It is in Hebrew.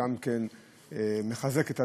שגם כן מחזק את הדברים,